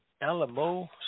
Alamo